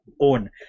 own